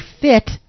fit